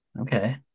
Okay